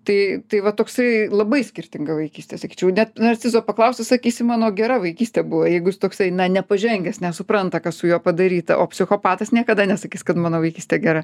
tai tai va toksai labai skirtinga vaikystė sakyčiau net narcizo paklaustas sakysi mano gera vaikystė buvo jeigu jis toksai na nepažengęs nesupranta kas su juo padaryta o psichopatas niekada nesakys kad mano vaikystė gera